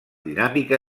dinàmica